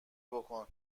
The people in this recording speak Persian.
بکن